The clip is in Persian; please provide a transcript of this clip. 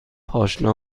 پاشنه